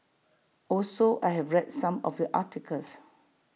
also I have read some of your articles